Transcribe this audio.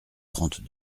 trente